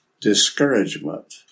discouragement